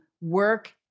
work